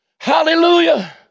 Hallelujah